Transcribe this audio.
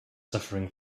suffering